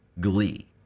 glee